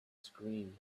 scream